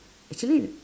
actually